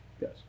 Yes